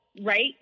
right